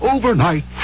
Overnight